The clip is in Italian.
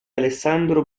alessandro